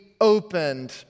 opened